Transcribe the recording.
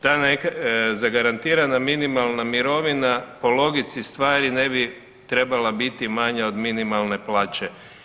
Ta zagarantirana minimalna mirovina po logici stvari ne bi trebala biti manja od minimalne plaće.